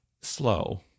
slow